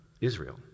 Israel